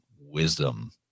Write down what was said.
wisdom